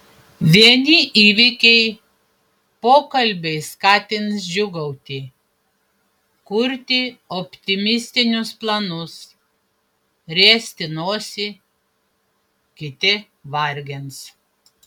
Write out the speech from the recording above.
vieni įvykiai pokalbiai skatins džiūgauti kurti optimistinius planus riesti nosį kiti vargins